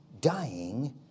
dying